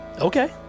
Okay